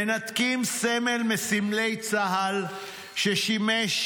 מנתקים סמל מסמלי צה"ל, ששימש